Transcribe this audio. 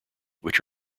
which